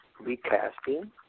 recasting